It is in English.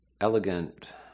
elegant